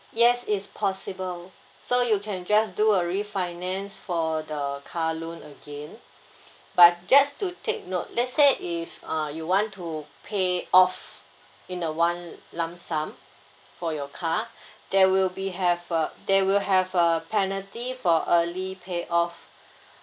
yes it's possible so you can just do a refinance for the car loan again but just to take note let's say if uh you want to pay off in a one lump sum for your car there will be have uh there will have a penalty for early pay off